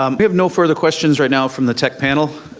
um we have no further questions right now from the tech panel.